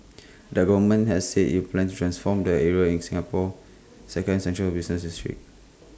the government has said IT plans transform the area in Singapore's second central business district